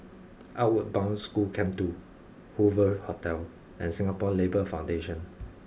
Outward Bound School Camp two Hoover Hotel and Singapore Labour Foundation